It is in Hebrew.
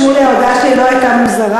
חבר הכנסת שמולי, ההודעה שלי לא הייתה מוזרה.